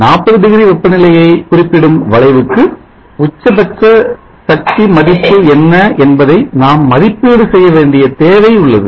40 degree வெப்பநிலையை குறிப்பிடும் வளைவுக்கு உச்சபட்ச சக்தி மதிப்பு என்ன என்பதை நாம் மதிப்பீடுசெய்ய வேண்டிய தேவை உள்ளது